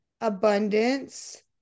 abundance